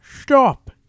Stop